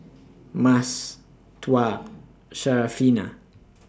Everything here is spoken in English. Mas Tuah Syarafina